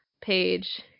page